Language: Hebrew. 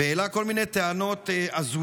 והעלה כל מיני טענות הזויות,